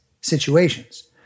situations